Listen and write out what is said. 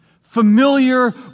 Familiar